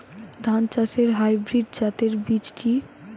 ধান চাষের হাইব্রিড জাতের বীজ কি?